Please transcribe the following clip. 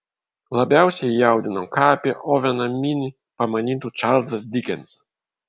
labiausiai jį jaudino ką apie oveną minį pamanytų čarlzas dikensas